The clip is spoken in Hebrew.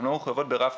הן לא מחויבות ברף